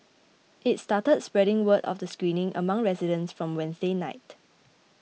it started spreading word of the screening among residents from Wednesday night